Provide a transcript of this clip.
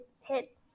hit